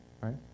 right